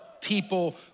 people